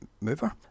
Mover